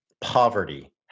poverty